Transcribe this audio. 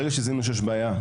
אז ברגע שזיהינו שיש בעיה,